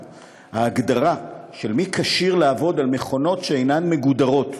ההגדרה של מי כשיר לעבוד על מכונות שאינן מגודרות,